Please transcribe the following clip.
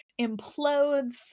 implodes